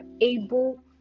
able